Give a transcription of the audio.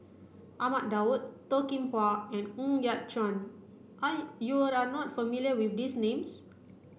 Ahmad Daud Toh Kim Hwa and Ng Yat Chuan you are not familiar with these names